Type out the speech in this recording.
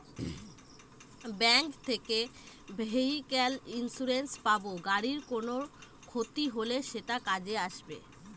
bank থেকে vehicle insurance পাব গাড়ির কোনো ক্ষতি হলে সেটা কাজে আসবে